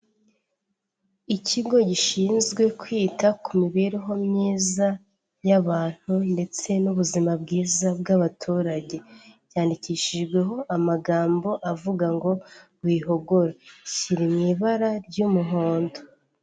Ikigo gishinzwe kwita ku mibereho myiza y'abantu ndetse n'ubuzima bwiza bw'abaturage, cyandikishijweho amagambo avuga ngo ''wihogo'' kiri mu ibara ry'umuhondo.